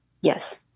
Yes